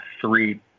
three